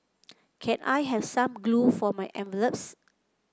can I have some glue for my envelopes